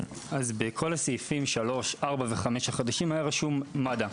בכל הסעיפים 3, 4 ו-5 החדשים היה רשום "מד"א".